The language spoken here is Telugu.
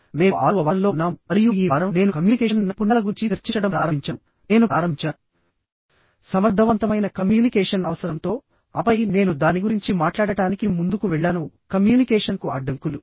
మేము 6వ వారంలో ఉన్నాము మరియు ఈ వారం నేను కమ్యూనికేషన్ నైపుణ్యాల గురించి చర్చించడం ప్రారంభించానునేను ప్రారంభించాను సమర్థవంతమైన కమ్యూనికేషన్ అవసరంతో ఆపై నేను దాని గురించి మాట్లాడటానికి ముందుకు వెళ్ళాను కమ్యూనికేషన్కు అడ్డంకులు